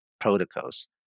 protocols